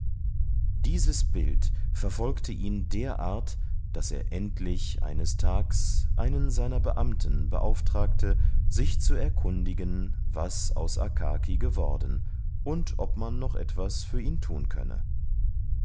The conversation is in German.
dieses bild verfolgte ihn derart daß er endlich eines tags einen seiner beamten beauftragte sich zu erkundigen was aus akaki geworden und ob man noch etwas für ihn tun könne